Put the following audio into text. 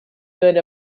good